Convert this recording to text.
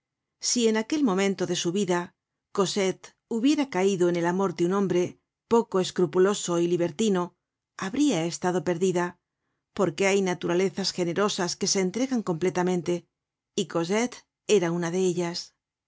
si en aquel momento de su vida cosette hubiera caido en el amor de un hombre poco escrupuloso y libertino habria estado perdida porque hay naturalezas genero sas que se entregan completamente y cosette era una de ellas